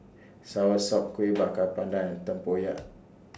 Soursop Kueh Bakar Pandan Tempoyak